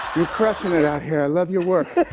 you're crushin' it out here. i love your work.